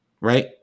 Right